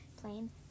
Plain